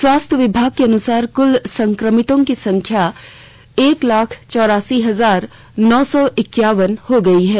स्वास्थ्य विभाग के अनुसार क्ल संक्रमितों की संख्या एक लाख चौरासी हजार नौ सौ एक्यावन हो गई है